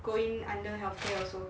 going under healthcare also